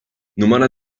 numara